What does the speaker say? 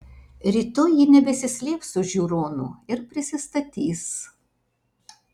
rytoj ji nebesislėps už žiūronų ir prisistatys